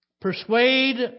persuade